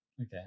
okay